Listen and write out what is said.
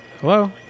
Hello